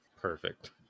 Perfect